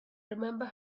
remember